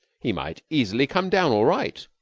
he might easily come down all right.